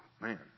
Man